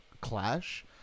clash